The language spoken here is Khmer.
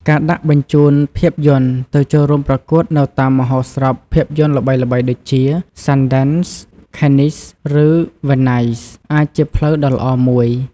ការដាក់បញ្ជូនភាពយន្តទៅចូលរួមប្រកួតនៅតាមមហោស្រពភាពយន្តល្បីៗដូចជា Sundance, Cannes ឬ Venice អាចជាផ្លូវដ៏ល្អមួយ។